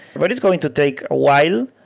but it's going to take a while.